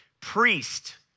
priest